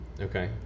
Okay